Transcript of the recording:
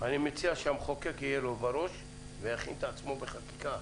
אני מציע שהמחוקק יהיה לו בראש ויכין את עצמו בחקיקה.